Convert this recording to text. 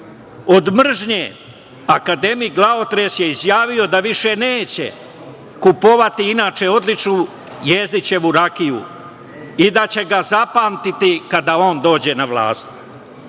Od mržnje akademik glavotres je izjavio da više neće kupovati, inače odličnu Jezdićevu rakiju i da će ga zapamtiti kada on dođe na vlast. Na